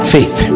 Faith